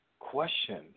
Question